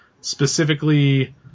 specifically